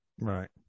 Right